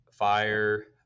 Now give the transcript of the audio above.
fire